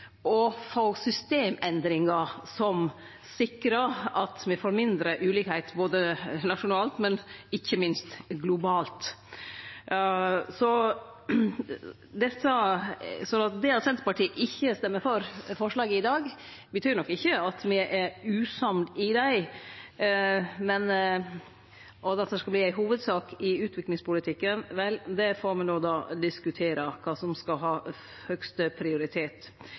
få systemendringar som sikrar at me får mindre ulikheit både nasjonalt og ikkje minst globalt. Det at Senterpartiet ikkje stemmer for forslaga i dag, betyr ikkje at me er usamde i dei. Til det at det skal verta ei hovudsak i utviklingspolitikken – vel, me får då diskutere kva som skal ha høgast prioritet.